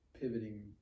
pivoting